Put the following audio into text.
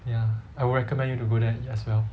ya I would recommend you to go there and eat as well